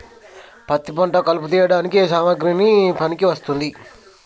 పత్తి పంట కలుపు తీయడానికి ఏ సామాగ్రి పనికి వస్తుంది?